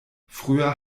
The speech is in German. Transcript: früher